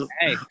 Hey